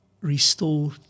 restore